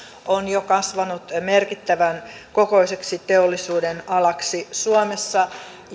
on jo kasvanut merkittävän kokoiseksi teollisuudenalaksi suomessa